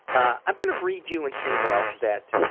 i'm going to read you an email that, ah,